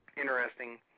interesting